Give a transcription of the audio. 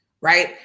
right